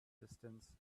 distance